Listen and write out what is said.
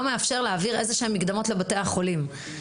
מאפשר להעביר איזה שהן מקדמות לבתי החולים?